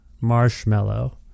Marshmallow